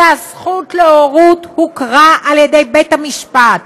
שהזכות להורות הוכרה על ידי בית המשפט,